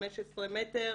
15 מטר